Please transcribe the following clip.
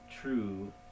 true